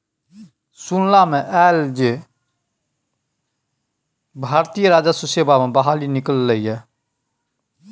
सुनला मे आयल छल जे भारतीय राजस्व सेवा मे बहाली निकललै ये